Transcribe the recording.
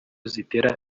zitera